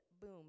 Boom